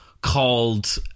called